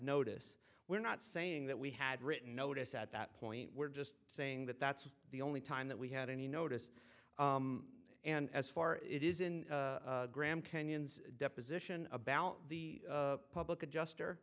notice we're not saying that we had written notice at that point we're just saying that that's the only time that we had any notice and as far it is in graham kenyon's deposition about the public adjuster